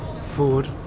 food